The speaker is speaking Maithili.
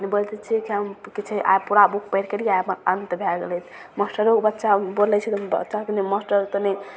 बोलि दै छिए कि हम कि छै आइ पूरा बुक पढ़िके अएलिए आइ हमर अन्त भै गेलै मास्टरोके बच्चा बोलै छै बच्चा तनि मास्टरके तनि